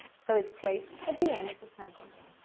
so it's placed at the end of the sentence.